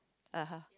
(uh huh)